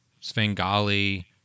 Svengali